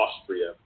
Austria